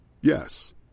Yes